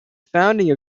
founding